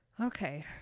Okay